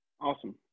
Awesome